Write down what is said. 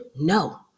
No